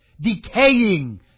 Decaying